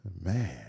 Man